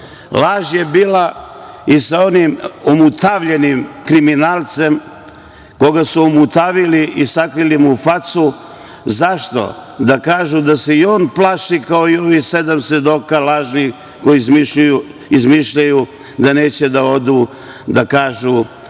laž. Laž je bila i sa onim omutavljenim kriminalcem, koga su omutavili i sakrili mu facu. Zašto? Da kažu da se i on plaši kao i ovih sedam svedoka lažnih koji izmišljaju da neće da odu, da kažu